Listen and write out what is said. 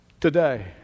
today